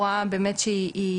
אתם כן השארתם הוראה בצו שאומרת